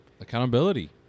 accountability